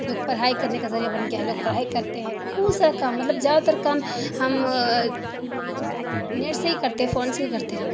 لوگ پڑھائی کرنے کا ذریعہ بن گیا ہے لوگ پڑھائی کرتے ہیں بہت سارا کام مطلب زیادہ تر کام ہم نیٹ سے ہی کرتے ہیں فون سے ہی کرتے ہیں